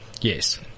Yes